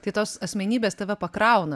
tai tos asmenybės tave pakrauna